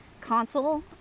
console